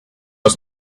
was